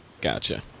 Gotcha